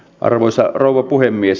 arvoisa rouva puhemies